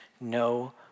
no